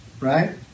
Right